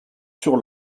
sur